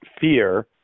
fear